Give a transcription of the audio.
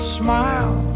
smile